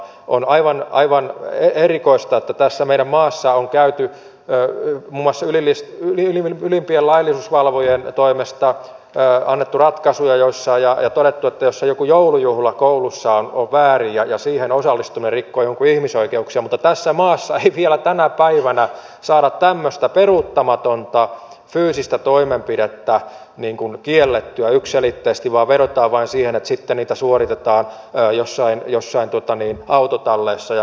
on aivan erikoista että tässä meidän maassamme on muun muassa ylimpien laillisuusvalvojien toimesta annettu ratkaisuja joissa on todettu että joku joulujuhla koulussa on väärin ja siihen osallistuminen rikkoo jonkun ihmisoikeuksia mutta tässä maassa ei vielä tänä päivänä saada tämmöistä peruuttamatonta fyysistä toimenpidettä kiellettyä yksiselitteisesti vaan vedotaan vain siihen että sitten niitä suoritetaan ja jossain jossa on totta joissain autotalleissa ja muuten